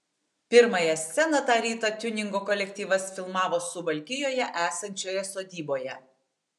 pirmąją sceną tą rytą tiuningo kolektyvas filmavo suvalkijoje esančioje sodyboje